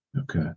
Okay